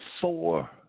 Four